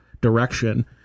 direction